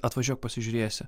atvažiuok pasižiūrėsi